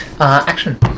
action